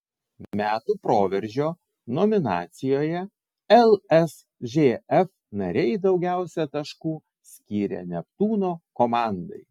metų proveržio nominacijoje lsžf nariai daugiausiai taškų skyrė neptūno komandai